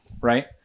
right